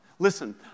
Listen